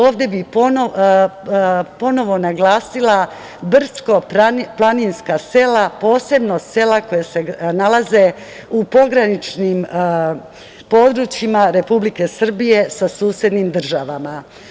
Ovde bih ponovo naglasila brdsko-planinska sela, posebno sela koja se nalaze u pograničnim područjima Republike Srbije sa susednim državama.